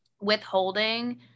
Withholding